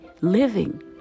living